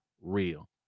real